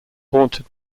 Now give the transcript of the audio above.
haunted